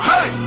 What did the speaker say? Hey